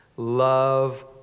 Love